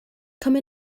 come